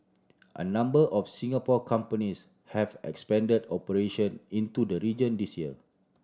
a number of Singapore companies have expanded operation into the region this year